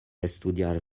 estudiar